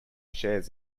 shares